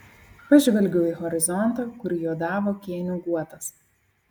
pažvelgiau į horizontą kur juodavo kėnių guotas